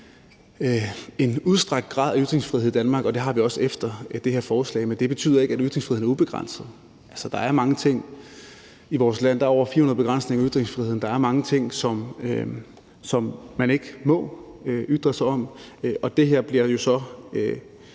en udstrakt grad af ytringsfrihed i Danmark, og det har vi også efter det her forslag, men det betyder ikke, at ytringsfriheden er ubegrænset. Der er over 400 begrænsninger af ytringsfriheden. Altså, der er mange ting i vores land, som man ikke må ytre sig om, og det her bliver jo så,